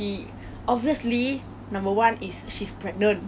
你懂他的名字叫什么你要不要 guess 一下